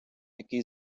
який